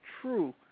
true